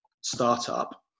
startup